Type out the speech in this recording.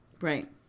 right